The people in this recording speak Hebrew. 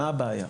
מה הבעיה?